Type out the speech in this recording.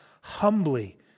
humbly